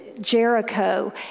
Jericho